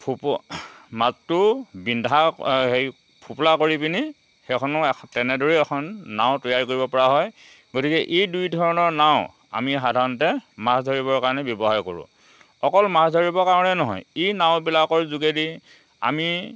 ফুপ মাজটো বিন্ধা হেৰি ফোপোলা কৰি পেনি সেইখনো তেনেদৰেই এখন নাও তৈয়াৰ কৰিব পৰা হয় গতিকে এই দুই ধৰণৰ নাও আমি সাধাৰণতে মাছ ধৰিবৰ কাৰণে ব্যৱহাৰ কৰোঁ অকল মাছ ধৰিবৰ কাৰণেই নহয় এই নাওবিলাকৰ যোগেদি আমি